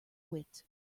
wit